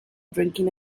drinking